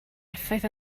effaith